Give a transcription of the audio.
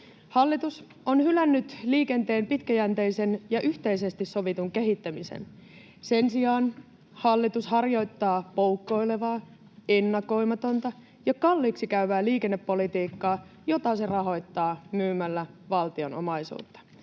Hallitus on hylännyt liikenteen pitkäjänteisen ja yhteisesti sovitun kehittämisen. Sen sijaan hallitus harjoittaa poukkoilevaa, ennakoimatonta ja kalliiksi käyvää liikennepolitiikkaa, jota se rahoittaa myymällä valtion omaisuutta.